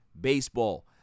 baseball